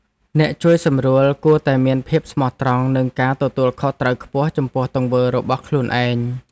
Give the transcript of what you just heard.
អ្នកជួយសម្រួលគួរតែមានភាពស្មោះត្រង់ និងការទទួលខុសត្រូវខ្ពស់ចំពោះទង្វើរបស់ខ្លួនឯង។